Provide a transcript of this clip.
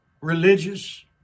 religious